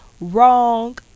wrong